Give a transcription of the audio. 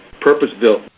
purpose-built